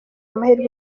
amahirwe